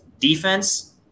defense